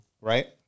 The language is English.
right